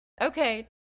Okay